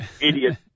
idiot